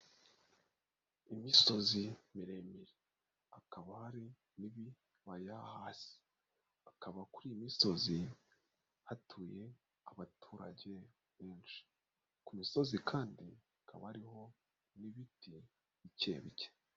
Imisozi miremire, akaba hari ibibaya hasi, akaba kuri iyi misozi hatuye abaturage benshi, ku misozi kandi hakaba ariho n'ibiti bike bike.